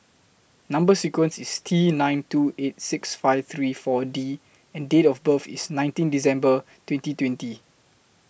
Number sequence IS T nine two eight six five three four D and Date of birth IS nineteen December twenty twenty